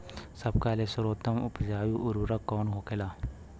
सबका ले सर्वोत्तम उपजाऊ उर्वरक कवन होखेला?